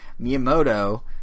Miyamoto